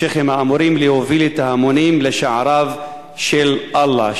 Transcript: השיח'ים אמורים להוביל את ההמונים לשעריו של אללה,